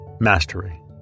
Mastery